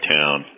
town